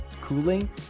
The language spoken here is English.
cooling